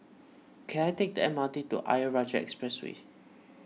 can I take the M R T to Ayer Rajah Expressway